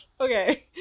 Okay